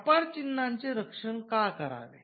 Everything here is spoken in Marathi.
व्यापार चिन्हाचे रक्षण का करावे